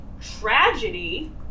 tragedy